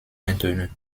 maintenue